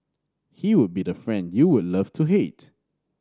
he would be the friend you would love to hate